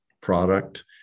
product